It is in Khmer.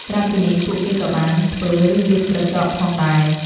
ក្រៅពីនេះ ពួកគេក៏បាន ធ្វើឬលាបក្រចក ផងដែរ។